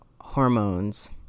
Hormones